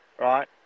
Right